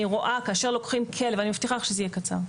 אני מבטיחה לך שזה יהיה קצר.